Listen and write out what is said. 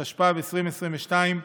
התשפ"ב 2022,